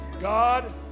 God